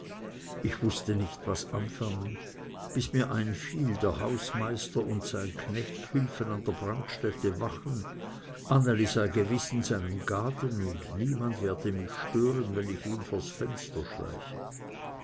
ich wußte nicht was anfangen bis mir einfiel der hausmeister und sein knecht hülfen an der brandstätte wachen anneli sei gewiß in seinem gaden und niemand werde mich stören wenn ich ihm vors fenster schleiche